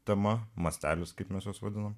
tema mastelius kaip mes juos vadinu